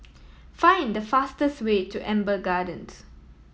find the fastest way to Amber Gardens